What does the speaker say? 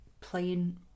playing